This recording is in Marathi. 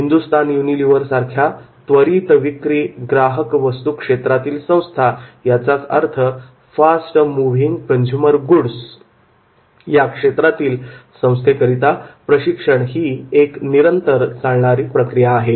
हिंदुस्तान युनिलिव्हर सारख्या त्वरित विक्री ग्राहक वस्तू क्षेत्रातील संस्थेकरीता FMCG Fast Moving Consumer Goods fast moving consumer goods प्रशिक्षण ही निरंतर चालणारी प्रक्रिया आहे